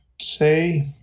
say